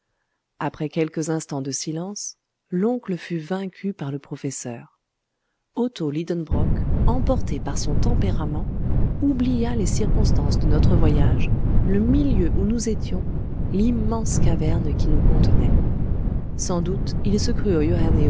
après quelques instants de silence l'oncle fut vaincu par le professeur otto lidenbrock emporté par son tempérament oublia les circonstances de notre voyage le milieu où nous étions l'immense caverne qui nous contenait sans doute il